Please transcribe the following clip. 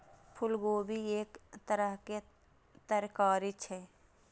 फूलगोभी एक तरहक तरकारी छियै